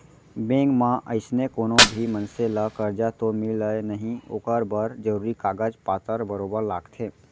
bank म अइसने कोनो भी मनसे ल करजा तो मिलय नई ओकर बर जरूरी कागज पातर बरोबर लागथे